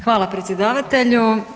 Hvala predsjedavatelju.